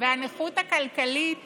והנכות הכלכלית